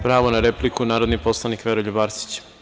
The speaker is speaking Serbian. Pravo na repliku, narodni poslanik Veroljub Arsić.